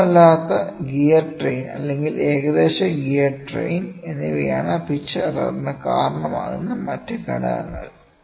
കൃത്യമല്ലാത്ത gear train അല്ലെങ്കിൽ ഏകദേശ gear train എന്നിവയാണ് പിച്ച് എറർന് കാരണമാകുന്ന മറ്റ് ഘടകങ്ങൾ